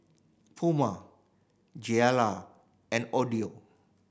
Puma Gilera and Odlo